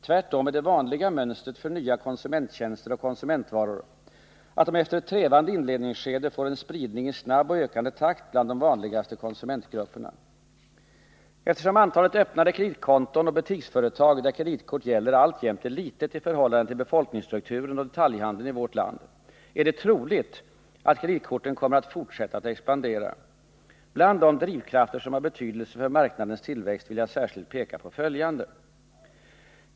Tvärtom är det vanliga mönstret för nya konsumenttjänster och konsumentvaror att de efter ett trevande inledningsskede får en spridning i snabb och ökande takt bland de vanligaste konsumentgrupperna. Eftersom antalet öppnade kreditkonton och butiksföretag där kreditkort gäller alltjämt är litet i förhållande till befolkningsstrukturen och detaljhandeln i vårt land, är det troligt att kreditkorten kommer att fortsätta att expandera. Bland de drivkrafter som har betydelse för marknadens tillväxt vill jag särskilt peka på följande.